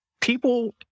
people